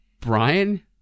Brian